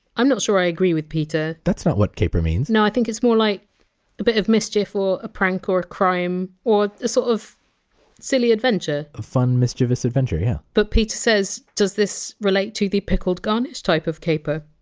i'm not sure i agree with peter. that's not what caper means. no i think it's more like a bit of mischief or a prank or a crime, or a sort of silly adventure a fun, mischievous adventure, yeah. but peter says does this relate to the pickled garnish type of caper?